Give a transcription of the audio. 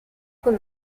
col